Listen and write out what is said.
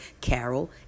Carol